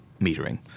metering